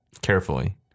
Carefully